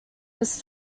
was